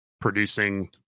producing